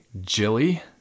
Jilly